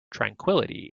tranquillity